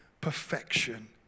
perfection